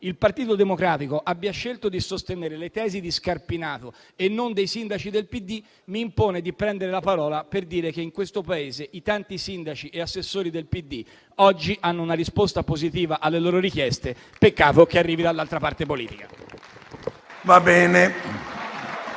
il Partito Democratico abbia scelto di sostenere le tesi di Scarpinato e non dei sindaci del Partito Democratico mi impone di prendere la parola per dire che in questo Paese i tanti sindaci e assessori del PD oggi hanno una risposta positiva alle loro richieste. Peccato che arrivi dall'altra parte politica.